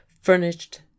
furnished